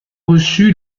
reçu